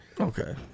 Okay